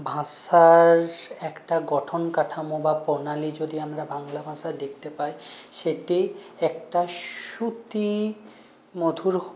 ভাষার একটা গঠন কাঠামো বা প্রণালী যদি আমরা বাংলা ভাষায় দেখতে পাই সেটি একটা শ্রুতি মধুর